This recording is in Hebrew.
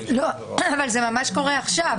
אבל זה ממש קורה עכשיו.